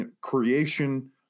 creation